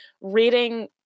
reading